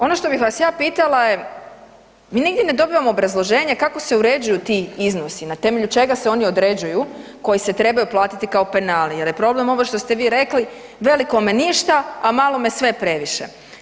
Ono što bih vas ja pitala je, mi nigdje ne dobivamo obrazloženje kako se uređuju ti iznosi, na temelju čega se oni određuju, koji se trebaju platiti kao penali jer je problem ovo što ste vi rekli, velikome ništa, a malome sve je previše?